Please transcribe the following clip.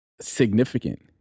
significant